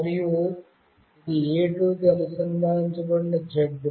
మరియు ఇది A2 కి అనుసంధానించబడిన z